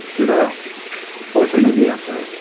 we don't know. i wish i knew the answer.